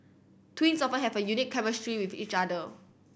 twins often have a unique chemistry with each other